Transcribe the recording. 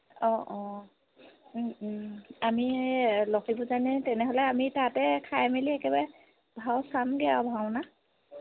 অঁ অঁ আমি লক্ষিমপুৰ যাওঁতেনে তেনেহ'লে আমি তাতে খাই মেলি একেবাৰে ভাও চামগৈ আৰু ভাওনা